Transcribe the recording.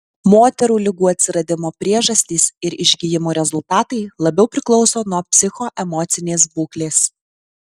moterų ligų atsiradimo priežastys ir išgijimo rezultatai labiau priklauso nuo psichoemocinės būklės